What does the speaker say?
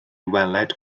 weled